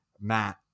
Matt